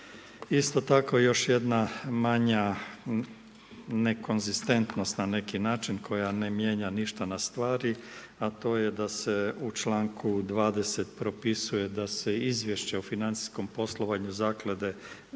Isto tako, još jedna manja nekonzistentnost na neki način koja ne mijenja ništa na stvari, a to je da se u čl. 20. propisuje da se izvješća o financijskom poslovanju Zaklade